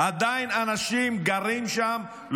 עדיין אנשים גרים שם,